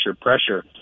pressure